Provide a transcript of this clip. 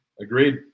Agreed